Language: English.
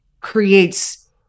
creates